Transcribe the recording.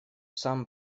сам